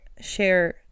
share